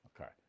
okay